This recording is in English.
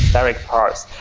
direct parts.